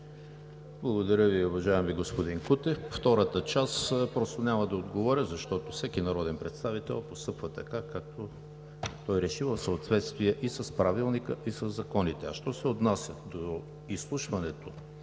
Благодаря Ви, уважаеми господин Кутев. Втората част – просто няма да отговоря, защото всеки народен представител постъпва така, както той реши в съответствие и с Правилника, и със законите. А що се отнася до изслушването